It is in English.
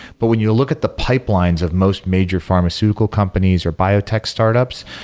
but when you look at the pipelines of most major pharmaceutical companies or biotech startups,